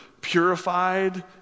purified